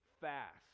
fast